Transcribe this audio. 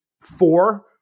four